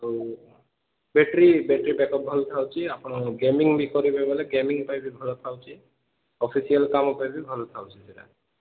ହଉ battery battery backup ଭଲ ଥାଉଛି ଆପଣ ଗେମିଂ ବି କରିବେ ହେଲେ ଗେମିଂ ପାଇଁ ବି ଭଲ ଥାଉଛି ଅଫିସିଆଲ୍ କାମ ପାଇଁ ବି ଭଲ ଥାଉଛି ସେଇଟା